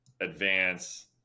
advance